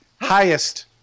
highest